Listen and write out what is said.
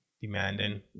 demanding